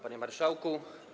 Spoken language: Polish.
Panie Marszałku!